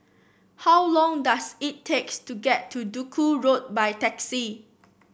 how long does it takes to get to Duku Road by taxi